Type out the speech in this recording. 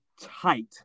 tight